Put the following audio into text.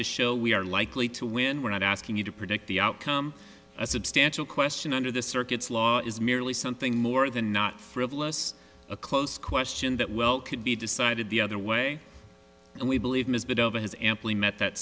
to show we are likely to win we're not asking you to predict the outcome a substantial question under the circuit's law is merely something more than not frivolous a close question that well could be decided the other way and we believe m